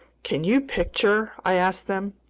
can you picture, i asked them,